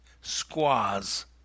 squaws